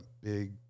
big